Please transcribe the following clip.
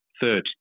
third